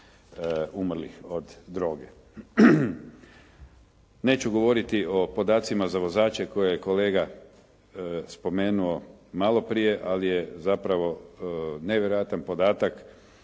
umrlih od droge. Neću govoriti o podacima za vozače koje je kolega spomenuo malo prije ali je zapravo nevjerojatan podatak